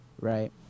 right